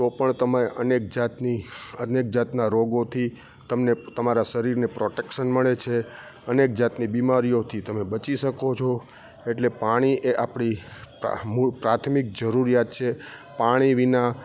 તો પણ તમે અનેક જાતની અનેક જાતનાં રોગોથી તમને તમારા શરીરને પ્રોટેક્શન મળે છે અનેક જાતની બીમારીઓથી તમે બચી શકો છો એટલે પાણી એ આપણી મૂળ પ્રાથમિક જરૂરિયાત છે પાણી વિના